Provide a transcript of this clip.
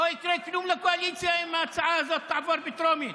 לא יקרה כלום לקואליציה אם ההצעה הזאת תעבור בטרומית.